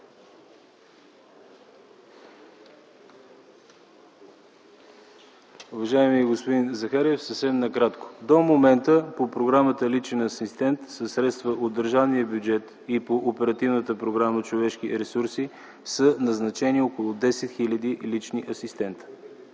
Уважаеми господин Захариев, съвсем накратко. До момента по Програмата „Личен асистент” със средства от държавния бюджет и по Оперативна програма „Човешки ресурси” са назначени около 10 хил. лични асистенти.